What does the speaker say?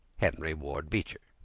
henry ward beecher